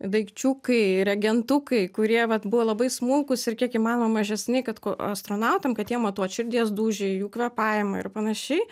daikčiukai regentukai kurie vat buvo labai smulkūs ir kiek įmanoma mažesni kad ko astronautam kad jie matuoti širdies dūžį jų kvėpavimą ir panašiai